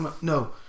no